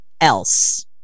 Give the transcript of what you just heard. else